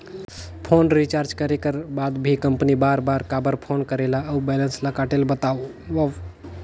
Phone recharge करे कर बाद भी कंपनी बार बार काबर फोन करेला और बैलेंस ल काटेल बतावव?